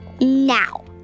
Now